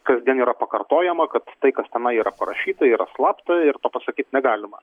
kasdien yra pakartojama kad tai kas tenai yra parašyta yra slapta ir to pasakyt negalima